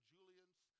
Julians